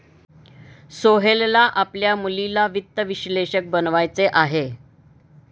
सोहेलला आपल्या मुलीला वित्त विश्लेषक बनवायचे आहे